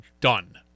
done